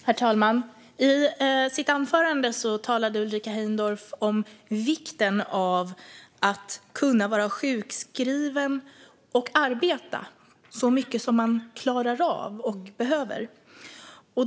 Herr talman! I sitt anförande talade Ulrika Heindorff om vikten av att kunna vara sjukskriven och arbeta så mycket som man klarar av och behöver.